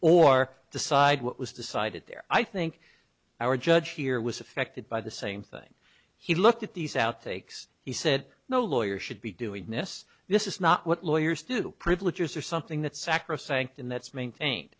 or decide what was decided there i think our judge here was affected by the same thing he looked at these outtakes he said no lawyer should be doing this this is not what lawyers do privilege or something that sacrosanct and that's maintain